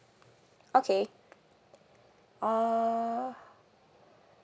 okay uh